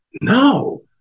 No